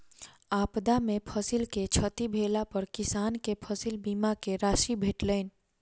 आपदा में फसिल के क्षति भेला पर किसान के फसिल बीमा के राशि भेटलैन